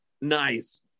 Nice